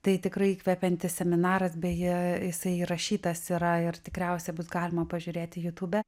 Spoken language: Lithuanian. tai tikrai įkvepiantis seminaras beje jisai įrašytas yra ir tikriausiai bus galima pažiūrėti jūtube